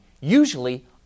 usually